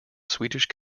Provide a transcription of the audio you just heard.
swedish